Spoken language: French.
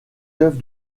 d’œufs